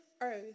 earth